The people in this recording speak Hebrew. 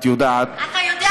אתה יודע איזה בית-משפט.